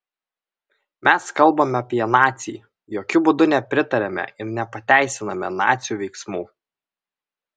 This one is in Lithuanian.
mes kalbame apie nacį jokiu būdu nepritariame ir nepateisiname nacių veiksmų